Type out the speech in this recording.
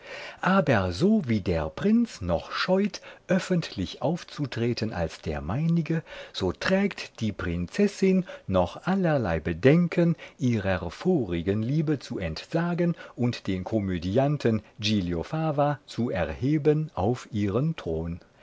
aber so wie sich der prinz noch scheut öffentlich aufzutreten als der meinige so trägt die prinzessin noch allerlei bedenken ihrer vorigen liebe zu entsagen und den komödianten giglio fava zu erheben auf ihren thron